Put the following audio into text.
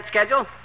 schedule